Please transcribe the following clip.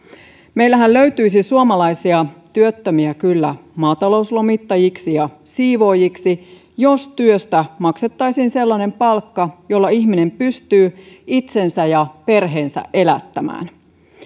meillähän löytyisi kyllä suomalaisia työttömiä maatalouslomittajiksi ja siivoojiksi jos työstä maksettaisiin sellainen palkka jolla ihminen pystyy itsensä ja perheensä elättämään